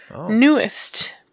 newest